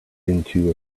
into